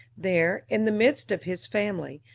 there, in the midst of his family,